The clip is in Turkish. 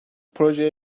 projeye